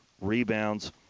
rebounds